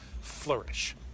flourish